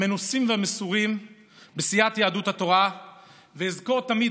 המנוסים והמסורים בסיעת יהדות התורה ואזכור תמיד